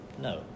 no